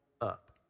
up